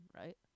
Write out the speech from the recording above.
right